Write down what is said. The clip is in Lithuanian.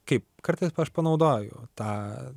kaip kartais aš panaudoju tą